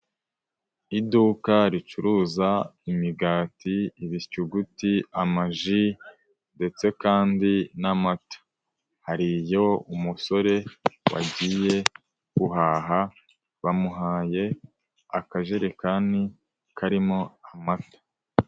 Iduka ricuruza imigati, ibisyuguti, amaji ndetse kandi n'amata, hariyo umusore wagiye guhaha, bamuhaye akajerekani karimo amata.